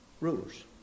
rulers